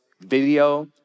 video